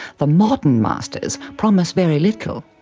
the modern masters promise very little.